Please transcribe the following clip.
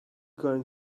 going